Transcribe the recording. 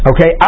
Okay